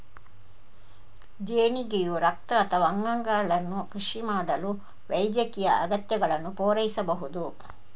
ದೇಣಿಗೆಯು ರಕ್ತ ಅಥವಾ ಅಂಗಗಳನ್ನು ಕಸಿ ಮಾಡಲು ವೈದ್ಯಕೀಯ ಅಗತ್ಯಗಳನ್ನು ಪೂರೈಸಬಹುದು